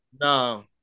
No